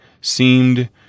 seemed